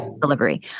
delivery